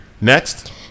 Next